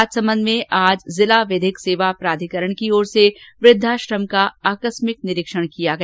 राजसमंद में आज जिला विधिक सेवा प्राधिकरण की ओर से वृद्वाश्रम का आकस्मिक निरीक्षण किया गया